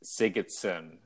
Sigurdsson